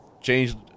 changed